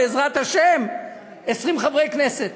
בעזרת השם 20 חברי כנסת.